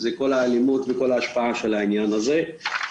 כל האלימות וההשפעה של העניין הזה.